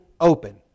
open